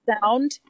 sound